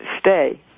stay